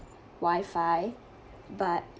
wi-fi but